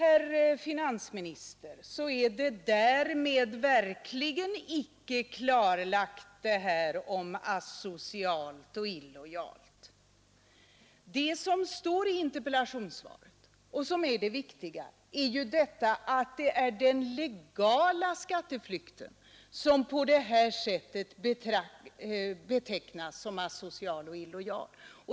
Frågan om asocial och illojal skatteflykt är ingalunda klarlagd genom finansministerns inlägg. I interpellationssvaret står det inskrivet att det är den legala skatteflykten som på det här sättet beteckn illojal.